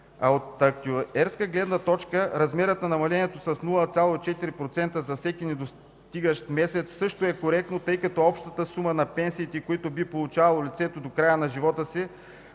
а от актюерска гледна точка размерът на намалението с 0,4% за всеки недостигащ месец също е коректно, тъй като общата сума на пенсиите, които би получавало лицето да края на живота си